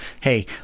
hey